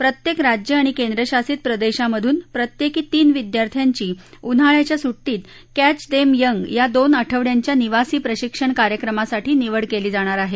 प्रत्येक राज्य आणि केंद्रशासित प्रदेशामधून प्रत्येकी तीन विद्यार्थ्यांची उन्हाळ्याच्या सुटीत कॅच देम यंग या दोन आठवङ्यांच्या निवासी प्रशिक्षण कार्यक्रमासाठी निवड केली जाणार आहे